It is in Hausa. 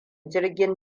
jirgin